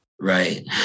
right